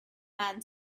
man